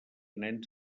nens